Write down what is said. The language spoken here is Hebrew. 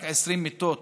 רק 20 מיטות